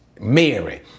Mary